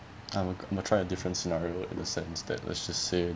I will I'll try a different scenario in a sense that let's just say